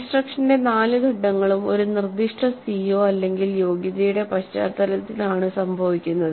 ഇൻസ്ട്രക്ഷന്റെ 4 ഘട്ടങ്ങളും ഒരു നിർദ്ദിഷ്ട CO യോഗ്യതയുടെ പശ്ചാത്തലത്തിലാണ് സംഭവിക്കുന്നത്